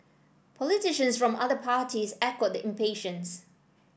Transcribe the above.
politicians from other parties echoed the impatience